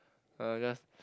uh just